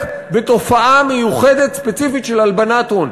בתופעה מיוחדת ספציפית של הלבנת הון.